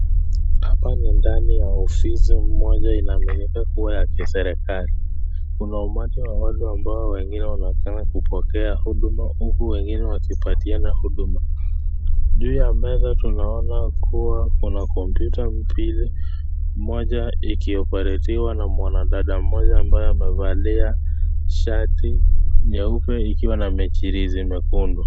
Hapa ni ndani ya ofisi moja inaaminika kuwa ya kiserikali. Kuna umati wa watu ambao wengine wanaonekana kupokea huduma, huku wengine wakipatiana huduma. Juu ya meza tunaona kuwa kuna kompyuta mbili, moja ikioparetiwa na mwanadada mmoja ambaye amevalia shati nyeupe ikiwa na michirizi mikundu.